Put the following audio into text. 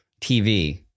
tv